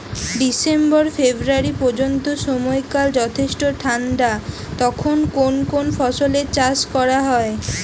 December February পর্যন্ত সময়কাল যথেষ্ট ঠান্ডা তখন কোন কোন ফসলের চাষ করা হয়?